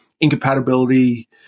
incompatibility